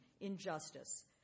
injustice